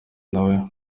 nawe